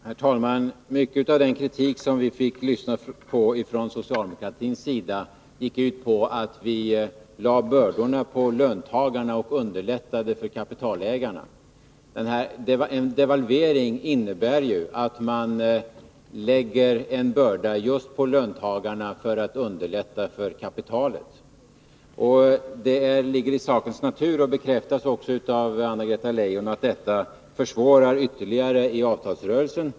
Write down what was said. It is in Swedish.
Herr talman! Mycket av den kritik från socialdemokraternas sida som vi i den förra regeringen fick lyssna till gick ut på vi lade bördorna på löntagarna och underlättade för kapitalägarna. Men en devalvering innebär ju just att man lägger en börda på löntagarna för att underlätta för kapitalet. Det ligger i sakens natur — och det bekräftades också av Anna-Greta Leijon — att detta ytterligare försvårar avtalsrörelsen.